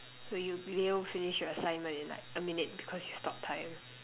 so you'll be able to finish your assignment in like a minute because you stop time